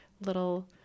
little